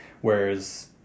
Whereas